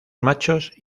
machos